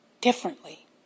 differently